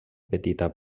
petita